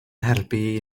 helpu